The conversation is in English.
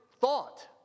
thought